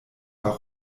war